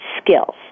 skills